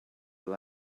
will